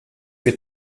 wir